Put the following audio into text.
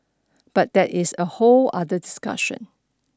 but that is a whole other discussion